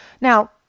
Now